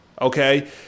okay